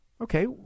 Okay